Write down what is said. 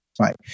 right